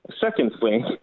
Secondly